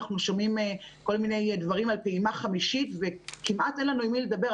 אנחנו שומעים כל מידי דברים על פעימה חמישית וכמעט אין לנו עם מי לדבר,